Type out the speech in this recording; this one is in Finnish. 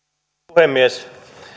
puhemies